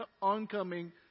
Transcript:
oncoming